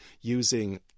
using